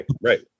Right